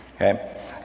okay